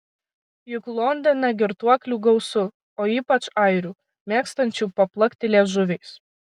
juk londone girtuoklių gausu o ypač airių mėgstančių paplakti liežuviais